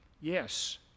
Yes